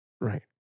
Right